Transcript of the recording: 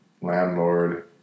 landlord